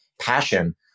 passion